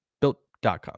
built.com